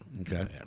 Okay